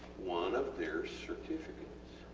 one of their certificates.